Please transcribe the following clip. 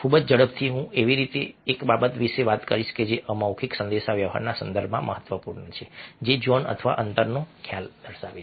ખૂબ જ ઝડપથી હું એવી કોઈ બાબત વિશે વાત કરીશ જે અમૌખિક સંદેશાવ્યવહારના સંદર્ભમાં મહત્વપૂર્ણ છે જે ઝોન અથવા અંતરનો ખ્યાલ છે